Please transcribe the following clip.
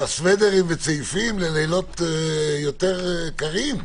הכנת סוודרים וצעיפים ללילות יותר קרים?